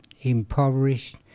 impoverished